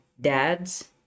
dads